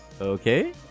Okay